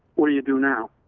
what do you do now?